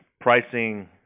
pricing